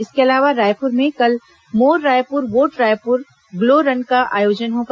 इसके अलावा रायपुर में कल मोर Raipur vote Raipur glow run का आयोजन होगा